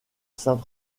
saint